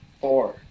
four